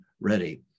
ready